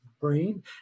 brain